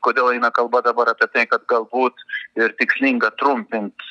kodėl eina kalba dabar apie tai kad galbūt ir tikslinga trumpint